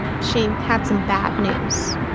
she had some bad news